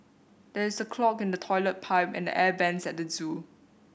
there is a clog in the toilet pipe and the air vents at the zoo